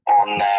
On